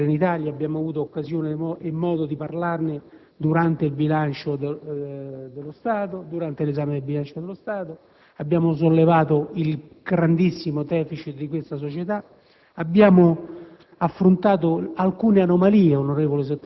Credo che non sia questa la sede per polemizzare sulle vicende Trenitalia; abbiamo avuto occasione e modo per parlarne durante l'esame del bilancio dello Stato, sollevando la questione del grandissimo *deficit* di questa società,